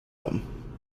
them